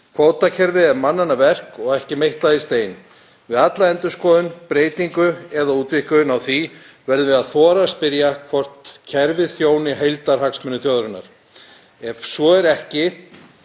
Kvótakerfið er mannanna verk og ekki meitlað í stein. Við alla endurskoðun, breytingu eða útvíkkun á því verðum við að þora að spyrja hvort kerfið þjóni heildarhagsmunum þjóðarinnar. Ef svo er ekki